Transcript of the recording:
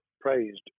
praised